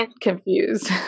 confused